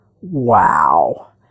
Wow